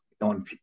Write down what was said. on